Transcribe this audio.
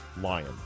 lion